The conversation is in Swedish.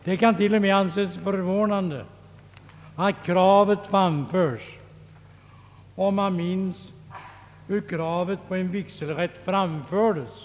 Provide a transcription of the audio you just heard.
Det kan till och med anses förvånande med detta krav om man drar sig till minnes hur kravet på vigselrätt framfördes.